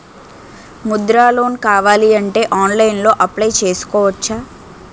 Mudra loan కావాలి అంటే ఆన్లైన్లో అప్లయ్ చేసుకోవచ్చా?